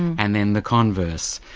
and then the converse.